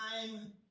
time